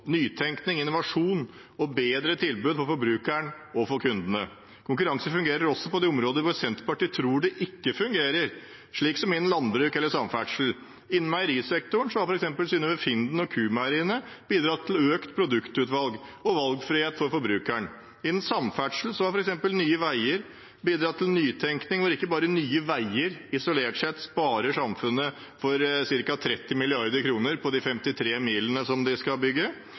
nytenkning, innovasjon og bedre tilbud for forbrukeren og kundene. Konkurranse fungerer også på områder hvor Senterpartiet tror det ikke fungerer, slik som innen landbruk eller samferdsel. Innen meierisektoren har f.eks. Synnøve Finden og Q-Meieriene bidratt til økt produktutvalg og valgfrihet for forbrukeren. Innen samferdsel har f.eks. Nye Veier bidratt til nytenkning: Ikke bare sparer Nye Veier isolert sett samfunnet for ca. 30 mrd. kr på de 53 milene de skal bygge,